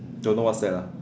don't know what that's ah